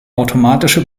automatische